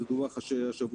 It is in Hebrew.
זה דווח השבוע,